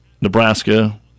Nebraska